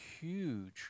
huge